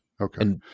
Okay